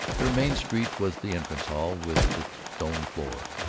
their main street was the entrance hall, with its stone floor,